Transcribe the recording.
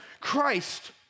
Christ